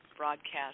broadcast